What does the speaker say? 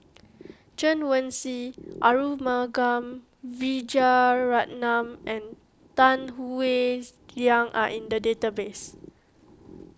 Chen Wen Hsi Arumugam Vijiaratnam and Tan Howe Liang are in the database